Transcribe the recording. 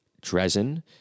Dresden